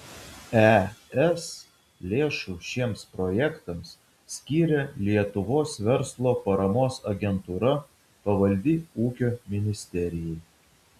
es lėšų šiems projektams skyrė lietuvos verslo paramos agentūra pavaldi ūkio ministerijai